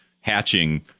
hatching